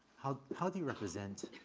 how how do you represent